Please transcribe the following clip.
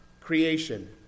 creation